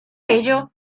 ello